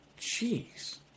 Jeez